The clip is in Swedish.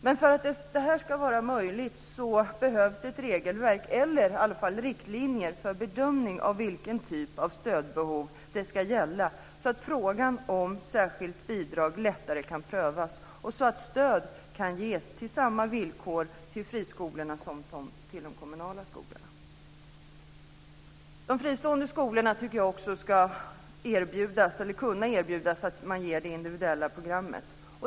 Men för att detta ska vara möjligt behövs det ett regelverk eller i alla fall riktlinjer för en bedömning av vilken typ av stödbehov det ska gälla så att frågan om särskilt bidrag lättare kan prövas och så att stöd kan ges på samma villkor till friskolorna som till de kommunala skolorna. De fristående skolorna ska kunna erbjudas möjligheten att ge det individuella programmet.